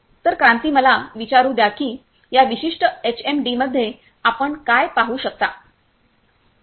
तर क्रांती मला विचारू द्या की या विशिष्ट एचएमडीमध्ये आपण काय पाहू शकता